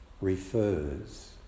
refers